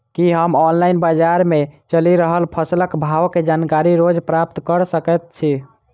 की हम ऑनलाइन, बजार मे चलि रहल फसलक भाव केँ जानकारी रोज प्राप्त कऽ सकैत छी?